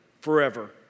forever